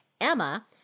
Emma